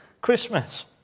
Christmas